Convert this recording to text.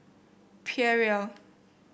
Perrier